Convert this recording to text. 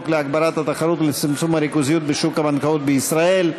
להגברת התחרות ולצמצום הריכוזיות בשוק הבנקאות בישראל,